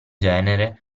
genere